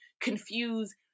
confuse